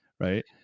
Right